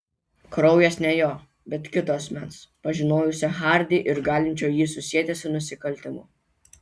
kraujas ne jo bet kito asmens pažinojusio hardį ir galinčio jį susieti su nusikaltimu